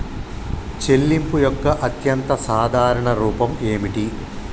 చెల్లింపు యొక్క అత్యంత సాధారణ రూపం ఏమిటి?